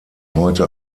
heute